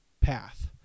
path